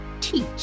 teach